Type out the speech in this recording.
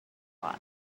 lot